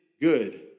good